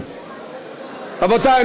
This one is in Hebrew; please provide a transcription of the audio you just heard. רבותי,